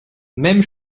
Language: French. même